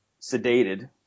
sedated